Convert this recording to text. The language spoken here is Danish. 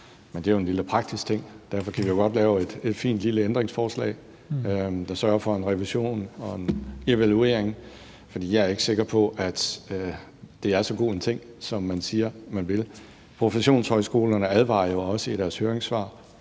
men det er jo en lille praktisk ting. Derfor kan vi jo godt lave et fint lille ændringsforslag, der sørger for en revision og en evaluering. For jeg er ikke sikker på, at det er så god en ting, som man siger. Professionshøjskolerne advarer jo også i deres høringssvar,